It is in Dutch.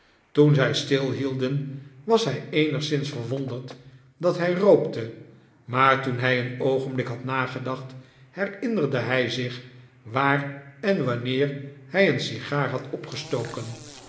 toen zij stilhielden was hij eenigszins verwonderd dat hij rookte maar toen hij een oogenblik had nagedacht herinnerde hij zich waar en wanneer hij een sigaar had opgestoken